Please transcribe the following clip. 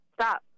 stop